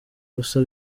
gusa